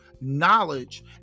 knowledge